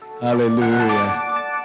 Hallelujah